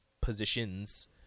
positions